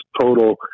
total